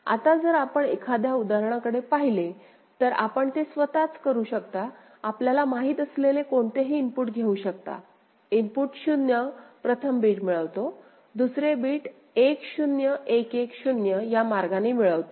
आता जर आपण एखाद्या उदाहरणाकडे पाहिले तर आपण ते स्वतःच करू शकता आपल्याला माहित असलेले कोणतेही इनपुट घेऊ शकता इनपुट 0 प्रथम बिट मिळवितो दुसरे बिट 1 0 1 1 0 या मार्गाने मिळवतो